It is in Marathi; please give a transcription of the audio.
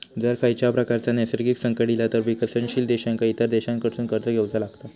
जर खंयच्याव प्रकारचा नैसर्गिक संकट इला तर विकसनशील देशांका इतर देशांकडसून कर्ज घेवचा लागता